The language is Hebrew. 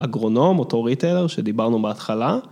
אגרונום אוטוריטר שדיברנו בהתחלה.